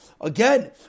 Again